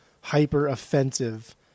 hyper-offensive